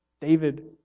David